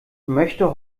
möchte